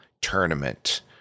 Tournament